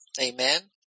Amen